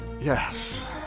Yes